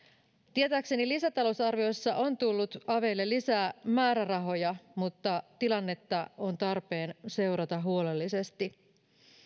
tietääkseni lisätalousarvioissa on tullut aveille lisää määrärahoja mutta tilannetta on tarpeen seurata huolellisesti